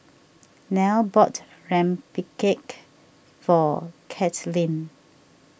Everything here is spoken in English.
Nelle bought Rempeyek for Kaitlin